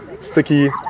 sticky